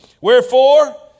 wherefore